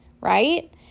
right